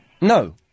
No